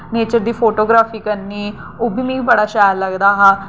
nature दी photography करनी ओह् बी मिगी बड़ा शैल लगदा हा